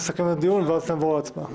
התרבות והספורט.